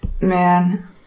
Man